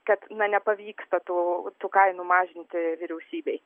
kad na nepavyksta tų tų kainų mažinti vyriausybei